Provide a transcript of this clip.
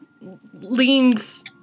leans